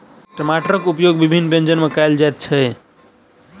टमाटरक उपयोग विभिन्न व्यंजन मे कयल जाइत अछि